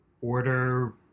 order